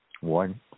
one